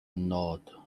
nod